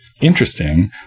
interesting